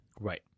Right